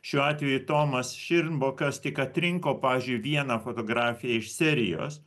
šiuo atveju tomas širmbokas tik atrinko pavyzdžiui vieną fotografiją iš serijos